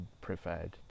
preferred